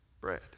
bread